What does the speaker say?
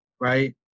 right